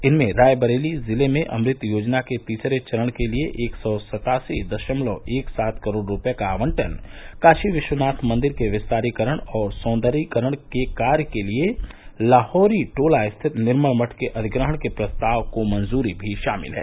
इनमें रायदरेली जिले में अमृत योजना के तीसरे चरण के लिए एक सौ सतासी दशमलव एक सात करोड़ रुपए का आवंटन काशी विश्वनाथ मंदिर के विस्तारीकरण और सौंदर्यीकरण कार्य के लिए लाहौरी टोला स्थित निर्मल मठ के अधिग्रहण के प्रस्ताव को मंजूरी भी शामिल हैं